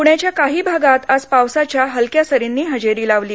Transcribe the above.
पुण्याच्या काही भागात आज पावसाच्या हलक्या सरींनी हजेरी लावली